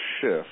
shift